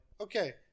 okay